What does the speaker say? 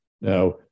Now